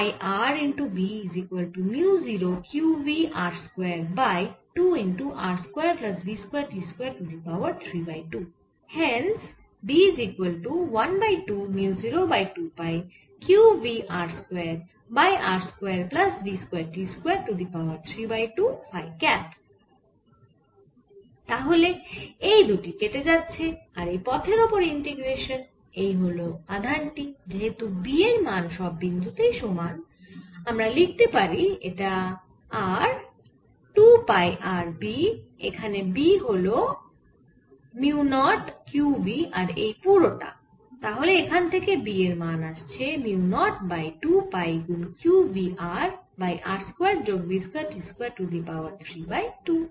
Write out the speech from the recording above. তাহলে এই দুটি কেটে যাচ্ছে আর এই পথের ওপর ইন্টিগ্রেশান এই হল আধান টি যেহেতু B এর মান সব বিন্দু তেই সমান আমরা লিখতে পারি এটা R 2 পাই R B যেখানে B হল মিউ নট q v আর এই পুরো টা তাহলে এখানে থেকে B এর মান আসছে মিউ নট বাই 2 পাই গুন q v R by R square যোগ v square t square to the power 3 by 2